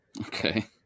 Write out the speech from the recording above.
Okay